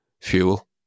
fuel